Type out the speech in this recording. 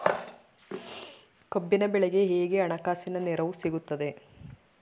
ಕಬ್ಬಿನ ಬೆಳೆಗೆ ಹೇಗೆ ಹಣಕಾಸಿನ ನೆರವು ಸಿಗುತ್ತದೆ?